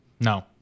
No